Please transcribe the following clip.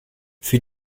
für